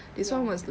ya